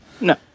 No